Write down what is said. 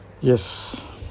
yes